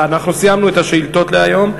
אנחנו סיימנו את השאילתות להיום.